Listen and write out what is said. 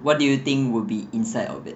what do you think would be inside of it